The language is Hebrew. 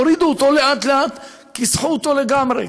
הורידו אותו לאט-לאט, כיסחו אותו לגמרי.